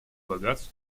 богатств